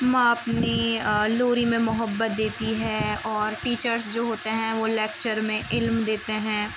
ماں اپنی لوری میں محبت دیتی ہے اور ٹیچرس جو ہوتے ہیں وہ لیکچر میں علم دیتے ہیں